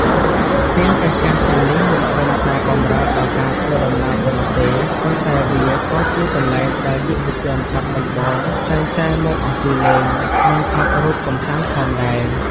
ស្ពានចាស់ៗទាំងនេះមិនត្រឹមតែបម្រើដល់ការធ្វើដំណើរប៉ុណ្ណោះទេ ប៉ុន្តែវាក៏ជាកន្លែងដែលយុវជនបាត់ដំបងតែងតែមកអង្គុយលេង និងថតរូបកម្សាន្តផងដែរ។